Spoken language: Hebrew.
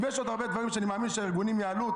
ויש עוד הרבה דברים שאני מאמין שהארגונים יעלו,